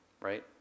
right